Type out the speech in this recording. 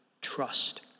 trust